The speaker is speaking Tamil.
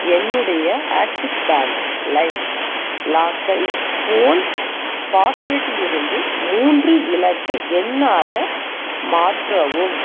என்னுடைய ஆக்ஸிஸ் பேங்க் லைம் லாக்கை ஃபோன் பாஸ்வேடிலிருந்து மூன்று இலக்கு எண்ணாக மாற்றவும்